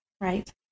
right